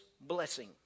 blessing